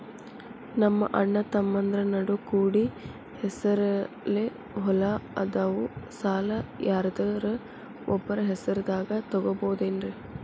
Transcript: ನಮ್ಮಅಣ್ಣತಮ್ಮಂದ್ರ ನಡು ಕೂಡಿ ಹೆಸರಲೆ ಹೊಲಾ ಅದಾವು, ಸಾಲ ಯಾರ್ದರ ಒಬ್ಬರ ಹೆಸರದಾಗ ತಗೋಬೋದೇನ್ರಿ?